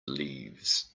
leaves